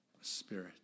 Spirit